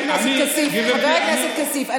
חבר הכנסת כסיף,